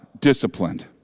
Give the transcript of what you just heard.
disciplined